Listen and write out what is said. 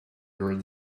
your